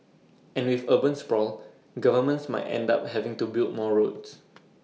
and with urban sprawl governments might end up having to build more roads